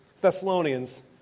Thessalonians